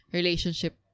relationship